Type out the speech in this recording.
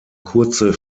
kurze